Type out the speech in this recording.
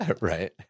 Right